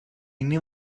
knew